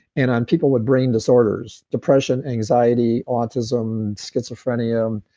and on people with brain disorders. depression, anxiety, autism, schizophrenia, um